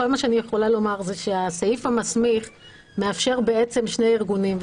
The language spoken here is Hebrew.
כל מה שאני יכולה לומר הוא שהסעיף המסמיך מאפשר בעצם שני ארגונים.